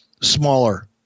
smaller